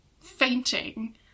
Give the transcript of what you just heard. fainting